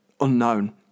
unknown